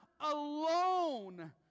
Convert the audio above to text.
alone